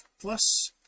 plus